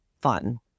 fun